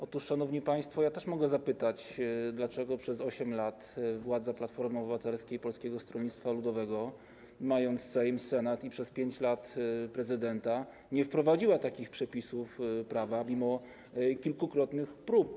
Otóż, szanowni państwo, ja też mogę zapytać, dlaczego przez 8 lat władza Platformy Obywatelskiej i Polskiego Stronnictwa Ludowego, mając Sejm, Senat i przez 5 lat prezydenta, nie wprowadziła takich przepisów prawa, mimo kilkukrotnych prób.